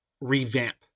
revamp